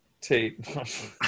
Tate